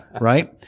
Right